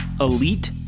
Elite